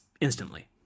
instantly